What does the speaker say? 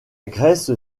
grèce